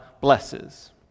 blesses